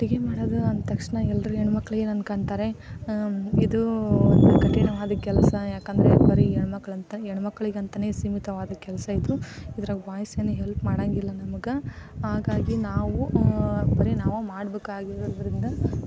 ಅಡುಗೆ ಮಾಡೋದು ಅಂದ ತಕ್ಷಣ ಎಲ್ಲರೂ ಹೆಣ್ಮಕ್ಳು ಏನಂದ್ಕೊಳ್ತಾರೆ ಇದು ಕಠಿಣವಾದ ಕೆಲಸ ಯಾಕೆಂದರೆ ಬರೀ ಹೆಣ್ಮಕ್ಳಂತ ಹೆಣ್ಮಕ್ಳಿಗಂತಲೇ ಸೀಮಿತವಾದ ಕೆಲಸ ಇದು ಇದರಾಗ ಬಾಯ್ಸ್ ಏನು ಹೆಲ್ಪ್ ಮಾಡೋಂಗಿಲ್ಲ ನಮ್ಗೆ ಹಾಗಾಗಿ ನಾವು ಬರೀ ನಾವು ಮಾಡಬೇಕಾಗಿರೋದ್ರಿಂದ